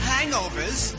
Hangovers